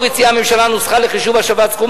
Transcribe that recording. במקור הציעה הממשלה נוסחה לחישוב השבת סכום